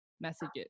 messages